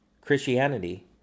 Christianity